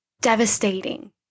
devastating